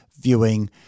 viewing